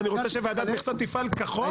אני רוצה שוועדת המכסות תפעל כחוק,